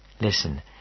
Listen